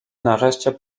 nareszcie